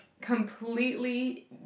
completely